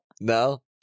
No